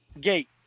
gate